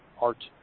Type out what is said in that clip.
art